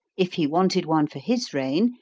if he wanted one for his reign,